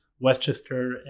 Westchester